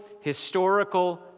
historical